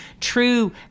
true